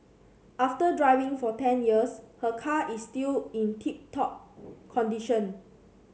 after driving for ten years her car is still in tip top condition